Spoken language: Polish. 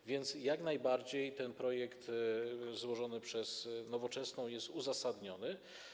A więc jak najbardziej ten projekt złożony przez Nowoczesną jest uzasadniony.